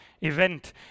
event